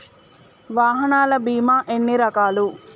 వాహనాల బీమా ఎన్ని రకాలు?